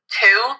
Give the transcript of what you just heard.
two